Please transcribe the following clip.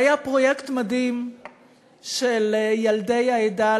והיה פרויקט מדהים של ילדי העדה,